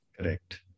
Correct